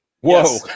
whoa